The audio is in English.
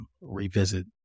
revisit